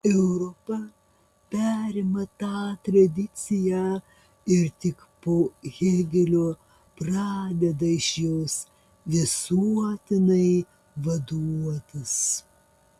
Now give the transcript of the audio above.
europa perima tą tradiciją ir tik po hėgelio pradeda iš jos visuotinai vaduotis